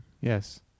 Yes